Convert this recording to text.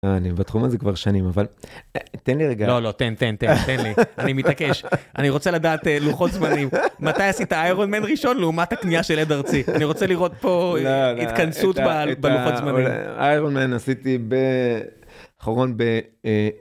אני בתחום הזה כבר שנים אבל תן לי רגע.. לא לא תן, תן, תן לי, אני מתעקש, אני רוצה לדעת לוחות זמנים: מתי עשית איירונמן ראשון לעומת הקנייה של הד ארצי? אני רוצה לראות פה לא..לא.. התכנסות בלוחות זמנים. איירונמן עשיתי ב..אחרון ב...